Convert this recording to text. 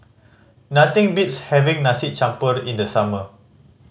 nothing beats having nasi in the summer